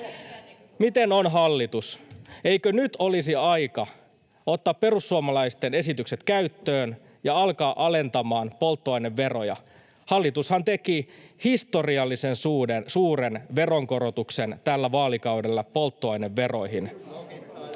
Miten on hallitus: eikö nyt olisi aika ottaa perussuomalaisten esitykset käyttöön ja alkaa alentamaan polttoaineveroja? Hallitushan teki historiallisen suuren korotuksen tällä vaalikaudella polttoaineveroihin.